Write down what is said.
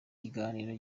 kiganiro